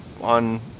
on